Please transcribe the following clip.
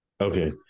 Okay